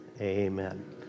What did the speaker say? amen